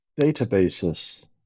databases